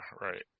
right